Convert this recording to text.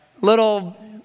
little